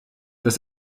das